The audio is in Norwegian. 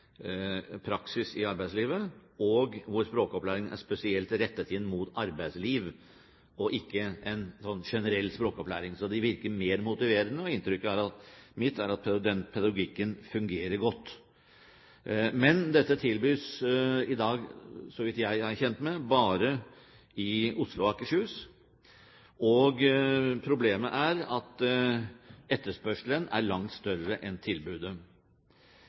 er spesielt rettet inn mot arbeidsliv – og ikke en generell språkopplæring – så det virker mer motiverende. Inntrykket mitt er at den pedagogikken fungerer godt, men dette tilbys i dag, så vidt jeg er kjent med, bare i Oslo og Akershus. Problemet er at etterspørselen er langt større enn tilbudet.